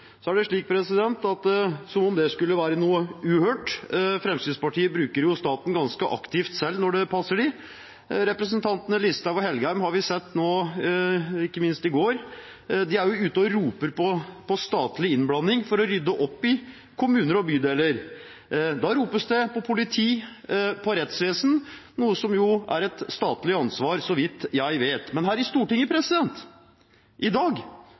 Som om det skulle være noe uhørt; Fremskrittspartiet bruker jo staten ganske aktivt selv når det passer dem. Representantene Listhaug og Engen-Helgheim har vi sett er ute – ikke minst i går – og roper på statlig innblanding for å rydde opp i kommuner og bydeler. Da ropes det på politi, på rettsvesen – noe som er et statlig ansvar, så vidt jeg vet. Men her i Stortinget i dag